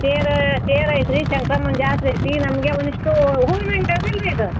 ತೇರು ತೇರೈತಿ ರೀ ಶಂಕ್ರಮ್ಮನ ಜಾತ್ರೆ ಐತಿ ನಮಗೆ ಒಂದಿಷ್ಟೂ ಹೂವಿನ ಅಂಗಡಿ ಹೌದಿಲ್ರಿ ಇದು